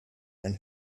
and